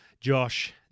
Josh